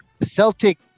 Celtic